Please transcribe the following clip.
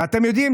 ואתם יודעים,